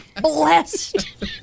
blessed